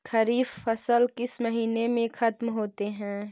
खरिफ फसल किस महीने में ख़त्म होते हैं?